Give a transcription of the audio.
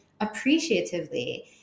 appreciatively